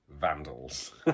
vandals